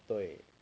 对